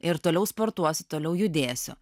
ir toliau sportuosiu toliau judėsiu